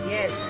Yes